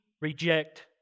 reject